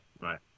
Right